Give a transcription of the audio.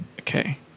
Okay